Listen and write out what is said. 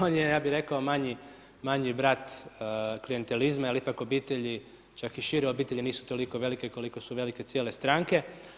On je, ja bih rekao, „manji brat“ klijentelizma, jer ipak obitelji, čak i šire obitelji nisu toliko velike koliko su velike cijene stranke.